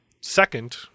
second